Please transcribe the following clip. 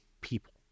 people